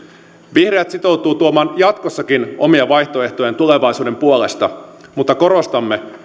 vihreät sitoutuu tuomaan jatkossakin omia vaihtoehtojaan tulevaisuuden puolesta mutta korostamme